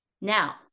Now